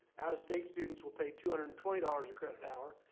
out of state students will pay two hundred and twenty dollars a credit hour.